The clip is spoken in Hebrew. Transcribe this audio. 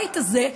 בבית הזה,